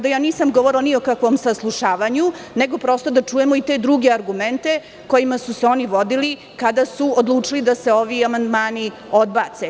Ja nisam govorila ni o kakvom saslušavanju, nego da čujemo i te druge argumente kojima su se oni vodili, kada su odlučili da se ovi amandmani odbace.